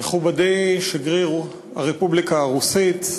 מכובדי שגריר הרפובליקה הרוסית,